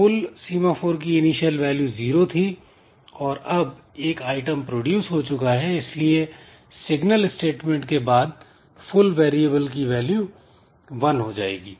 full semaphore की initial value 0 थी और अब एक आइटम प्रोड्यूस हो चुका है इसलिए सिग्नल स्टेटमेंट के बाद फुल वेरिएबल की वैल्यू 1 हो जाएगी